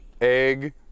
egg